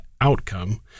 outcome